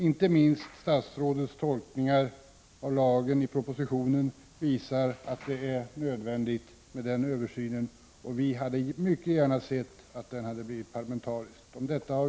Inte minst statsrådets tolkningar i propositionen av lagen visar att en sådan översyn är nödvändig. Vi har ju debatterat den frågan tidigare, men jag vill säga att vi mycket gärna hade sett att översynen blivit parlamentarisk.